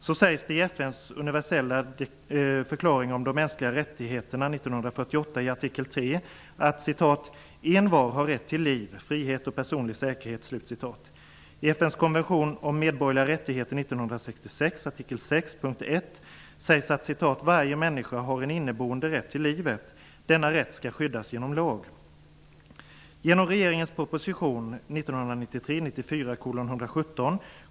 Så sägs det i FN:s universella förklaring om de mänskliga rättigheterna från 1948 i artikel 3 att ''envar har rätt till liv, frihet och personlig säkerhet''. I FN:s konvention om medborgerliga rättigheter från 1966 artikel 6, punkt 1 sägs att ''Varje människa har en inneboende rätt till livet. Denna rätt skall skyddas genom lag''.